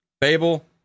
Fable